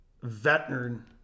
veteran